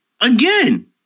Again